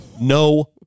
No